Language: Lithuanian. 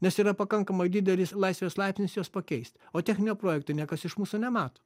nes yra pakankamai didelis laisvės laipsnis juos pakeisti o techninio projekto niekas iš mūsų nemato